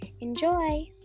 Enjoy